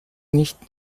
nicht